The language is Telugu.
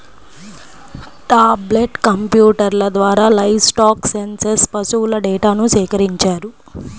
టాబ్లెట్ కంప్యూటర్ల ద్వారా లైవ్స్టాక్ సెన్సస్ పశువుల డేటాను సేకరించారు